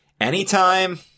anytime